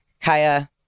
Kaya